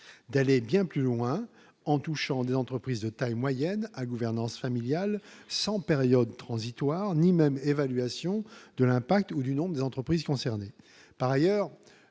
D'aller bien plus loin en touchant des entreprises de taille moyenne à gouvernance familiale sans période transitoire ni même évaluation de l'impact, ou du nombre des entreprises concernées, par ailleurs,